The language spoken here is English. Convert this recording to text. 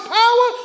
power